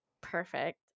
perfect